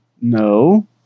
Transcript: no